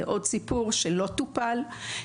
זה עוד סיפור שלא טופל.